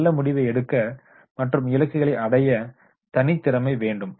ஒரு நல்ல முடிவை எடுக்க மற்றும் இலக்குகளை அடைய தனித்திறமை வேண்டும்